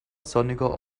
sonniger